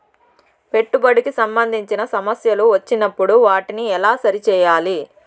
పెట్టుబడికి సంబంధించిన సమస్యలు వచ్చినప్పుడు వాటిని ఎలా సరి చేయాలి?